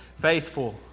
faithful